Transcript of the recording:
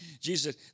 Jesus